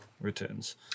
returns